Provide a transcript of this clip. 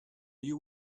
you